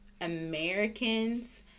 Americans